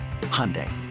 Hyundai